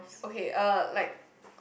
okay uh like